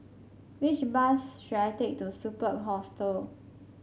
which bus should I take to Superb Hostel